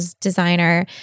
designer